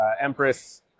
Empress